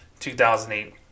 2008